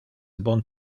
bon